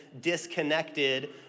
disconnected